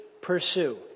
Pursue